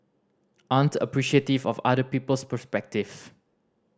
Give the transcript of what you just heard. aren't appreciative of other people's perspective